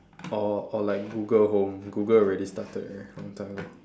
or or like google home google already started already long time ago